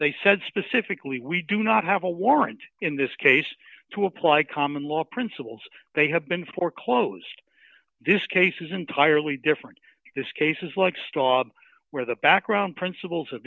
said specifically we do not have a warrant in this case to apply common law principles they have been foreclosed this case is entirely different this case is like staub where the background principles of